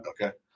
Okay